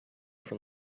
from